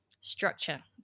structure